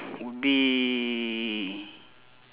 would be